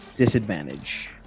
disadvantage